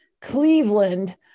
Cleveland